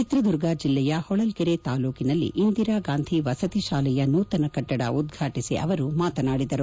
ಚಿತ್ರದುರ್ಗ ಜಿಲ್ಲೆಯ ಹೊಳಲ್ಕೆರೆ ತಾಲ್ಲೂಕಿನಲ್ಲಿ ಇಂದಿರಾಗಾಂಧಿ ವಸತಿ ಶಾಲೆಯ ನೂತನ ಕಟ್ಟಡ ಉದ್ವಾಟಿಸಿ ಅವರು ಮಾತನಾಡಿದರು